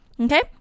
Okay